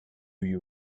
you